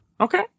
okay